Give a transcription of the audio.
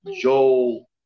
Joel